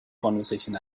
conversation